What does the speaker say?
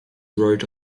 wrote